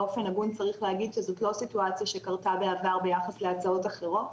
באופן הגון צריך להגיד שזאת לא סיטואציה שקרתה בעבר ביחס להצעות אחרות,